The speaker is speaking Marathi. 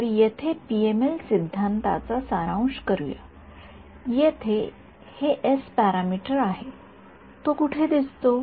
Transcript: तर येथे पीएमएल सिद्धांताचे सारांश करूया येथे हे एस२ पॅरामीटर आहे तो कोठे दिसतो